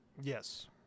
Yes